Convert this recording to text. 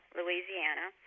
louisiana